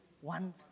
one